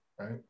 right